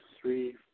three